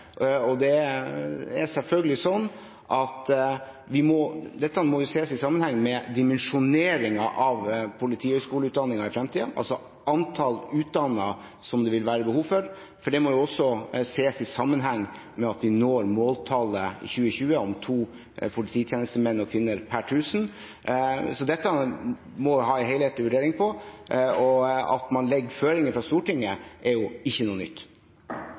Dette må selvfølgelig også ses i sammenheng med dimensjoneringen av politihøgskoleutdanningen i fremtiden, altså antall utdannede som det vil være behov for, for det må også ses i sammenheng med at vi når måltallet i 2020 om to polititjenestemenn og -kvinner per tusen innbyggere. Så dette må man ha en helhetlig vurdering av. Og at man legger føringer fra Stortinget, er ikke noe nytt.